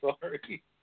sorry